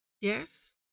yes